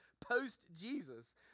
post-Jesus